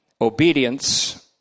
Obedience